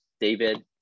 David